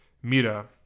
Mira